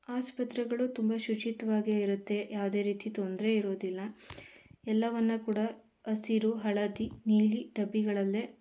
ಆಸ್ಪತ್ರೆಗಳು ತುಂಬ ಶುಚಿತ್ವವಾಗಿಯೇ ಇರುತ್ತೆ ಯಾವುದೇ ರೀತಿ ತೊಂದರೆ ಇರೋದಿಲ್ಲ ಎಲ್ಲವನ್ನು ಕೂಡ ಹಸಿರು ಹಳದಿ ನೀಲಿ ಡಬ್ಬಿಗಳಲ್ಲೇ